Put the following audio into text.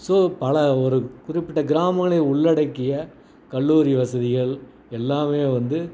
so பல ஒரு குறிப்பிட்ட கிராமங்களை உள்ளடக்கிய கல்லூரி வசதிகள் எல்லாமே வந்து